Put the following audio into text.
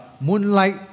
moonlight